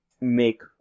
make